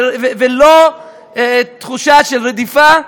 ולא תחושה של רדיפה,